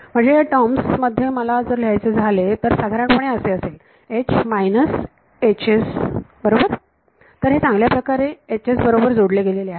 म्हणजे ह्या टर्म मध्ये जर मला लिहायचे झाले तर हे साधारणपणे असे असेल बरोबर तर हे चांगल्या प्रकारे HS बरोबर जोडले गेले आहे